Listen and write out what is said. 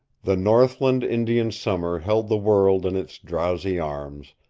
the northland indian summer held the world in its drowsy arms,